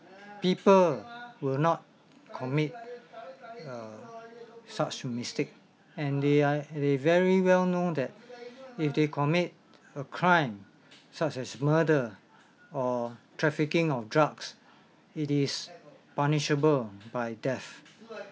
people will not commit uh such mistake and they are in a very well known that if they commit a crime such as murder or trafficking of drugs it is punishable by death